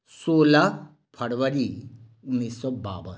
सोलह फरवरी उन्नैस सए बाबन